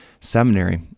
seminary